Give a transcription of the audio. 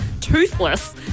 toothless